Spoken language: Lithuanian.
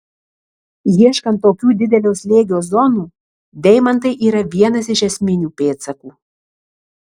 ieškant tokių didelio slėgio zonų deimantai yra vienas iš esminių pėdsakų